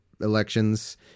elections